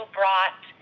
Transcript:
brought